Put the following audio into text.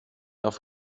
auf